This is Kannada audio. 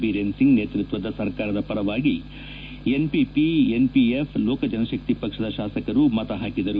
ಬಿರೇನ್ಸಿಂಗ್ ನೇತೃತ್ವದ ಸರ್ಕಾರದ ಪರವಾಗಿ ಎನ್ಪಿಪಿ ಎನ್ಪಿಎಫ್ ಲೋಕಜನಶಕ್ತಿ ಪಕ್ಷದ ಶಾಸಕರು ಮತ ಹಾಕಿದರು